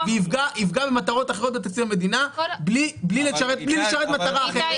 והוא יפגע במטרות אחרות בתקציב המדינה בלי לשרת מטרה אחרת.